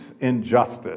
injustice